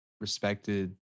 respected